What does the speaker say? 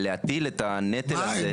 להטיל את הנטל הזה על הרשויות --- אבל